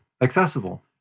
accessible